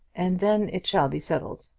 and then it shall be settled.